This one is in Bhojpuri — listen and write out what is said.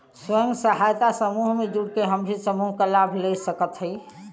स्वयं सहायता समूह से जुड़ के हम भी समूह क लाभ ले सकत हई?